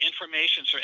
information –